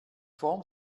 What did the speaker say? form